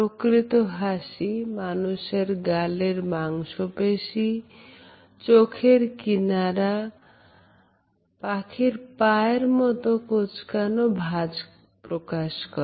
প্রকৃত হাসি মানুষের গালের মাংস পেশি চোখের কিনারে পাখির পায়ের মতো কোঁচকানো ভাজ প্রকাশ করে